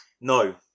No